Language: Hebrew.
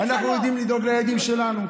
אנחנו יודעים לדאוג לילדים שלנו.